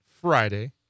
Friday